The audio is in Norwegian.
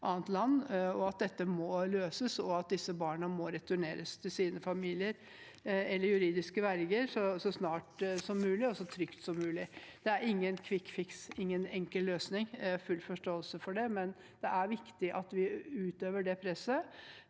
Dette må løses, og disse barna må returneres til sine familier eller sine juridiske verger så snart som mulig, og så trygt som mulig. Det er ingen kvikkfiks, ingen enkel løsning, og jeg har full forståelse for det, men det er viktig at vi utøver det presset,